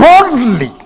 boldly